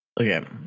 Okay